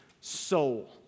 soul